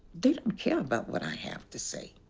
don't care about what i have to say.